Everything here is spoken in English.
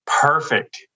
Perfect